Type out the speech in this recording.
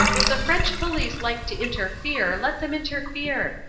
if the french police like to interfere, let them interfere.